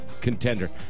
contender